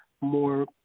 more